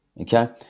Okay